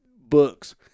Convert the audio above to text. books